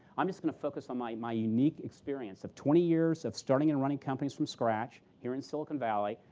i'm just going to focus on my my unique experience of twenty years of starting and running companies from scratch here in silicon valley.